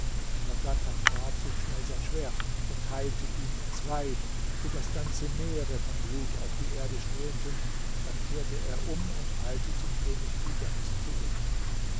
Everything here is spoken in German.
ghadhanfar zog schnell sein schwert und teilte ihn in zwei so daß ganze meere von blut auf die erde strömten dann kehrte er um und eilte zum könig tighanus zurück